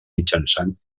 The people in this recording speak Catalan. mitjançant